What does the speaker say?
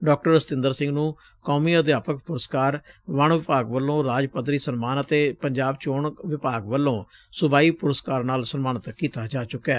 ਡਾ ਸਤਿੰਦਰ ਸਿੰਘ ਨੂੰ ਕੌਮੀ ਅਧਿਆਪਕ ਪੁਰਸਕਾਰ ਵਣ ਵਿਭਾਗ ਵਲੋਂ ਰਾਜ ਪੱਧਰੀ ਸਨਮਾਨ ਅਤੇ ਪੰਜਾਬ ਚੋਣ ਵਿਭਾਗ ਵਲੋਂ ਸੁਬਾਈ ਪੁਰਸਕਾਰ ਨਾਲ ਸਨਮਾਨਿਤ ਕੀਤਾ ਜਾ ਚੁੱਕੈ